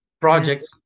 projects